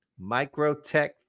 Microtech